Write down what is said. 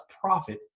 profit